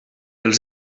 els